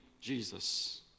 Jesus